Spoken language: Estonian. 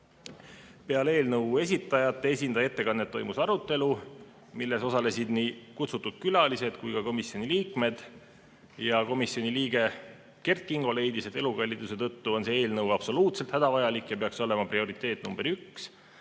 eelnõu esitajate esindaja ettekannet toimus arutelu, milles osalesid nii kutsutud külalised kui ka komisjoni liikmed. Komisjoni liige Kert Kingo leidis, et elukalliduse [tõusu] tõttu on see eelnõu absoluutselt hädavajalik ja peaks olema prioriteet number üks.